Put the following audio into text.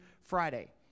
Friday